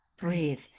breathe